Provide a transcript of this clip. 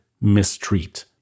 mistreat